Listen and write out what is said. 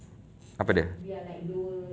apa dia